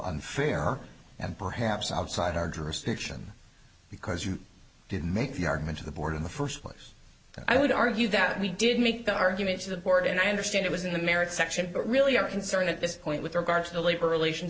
unfair and perhaps outside our door stiction because you did make the argument to the board in the first place i would argue that we did make the argument to the board and i understand it was in the merit section but really our concern at this point with regard to the labor relations